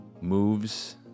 moves